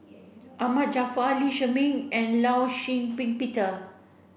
Ahmad Jaafar Lee Shermay and Law Shau Ping Peter